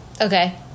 Okay